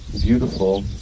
beautiful